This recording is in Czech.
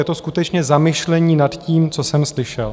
Je to skutečně zamyšlení nad tím, co jsem slyšel.